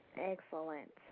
Excellent